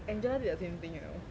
angela did the same thing you know